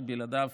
שבלעדיו